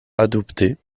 adoptés